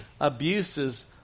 abuses